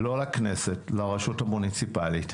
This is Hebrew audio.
לא לכנסת, לרשות המוניציפלית.